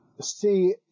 see